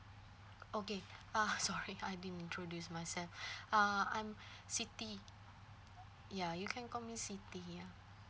okay uh sorry I didn't introduce myself uh I'm siti ya you call me siti ya